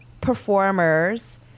performers